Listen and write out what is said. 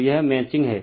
तो यह मैचिंग है